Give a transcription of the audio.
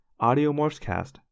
audiomorphscast